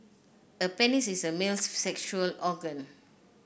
a penis is a male's sexual organ